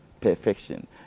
perfection